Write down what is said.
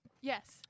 Yes